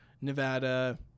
Nevada